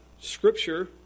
scripture